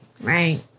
Right